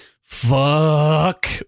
fuck